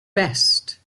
best